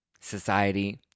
society